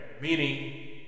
Meaning